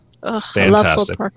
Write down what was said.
Fantastic